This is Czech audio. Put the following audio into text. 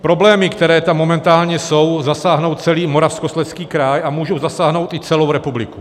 Problémy, které tam momentálně jsou, zasáhnou celý Moravskoslezský kraj a můžou zasáhnout i celou republiku.